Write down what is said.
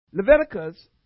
Leviticus